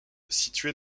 situé